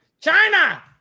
China